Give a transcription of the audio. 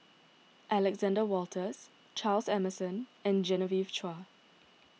Alexander Wolters Charles Emmerson and Genevieve Chua